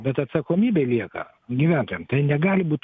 bet atsakomybė lieka gyventojam tai negali būt